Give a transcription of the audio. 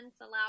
allow